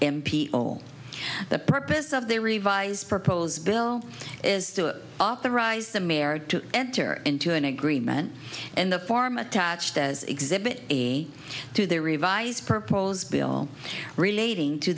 in people the purpose of the revised proposed bill is to authorize the mayor to enter into an agreement in the form attached as exhibit a to the revised proposed bill relating to